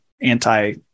anti